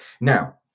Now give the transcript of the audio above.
now